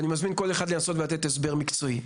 ואני מזמין כל אחד לנסות ולתת הסבר מקצועי.